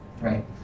right